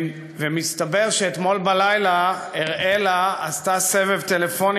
מסתבר שאתמול בלילה אראלה עשתה סבב טלפונים